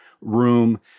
room